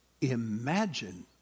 imagine